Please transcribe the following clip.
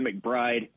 McBride